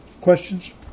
questions